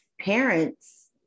parents